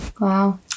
Wow